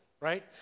right